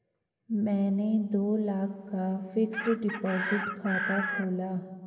मैंने दो लाख का फ़िक्स्ड डिपॉज़िट खाता खोला